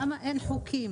למה אין חוקים?